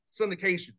syndication